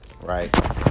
Right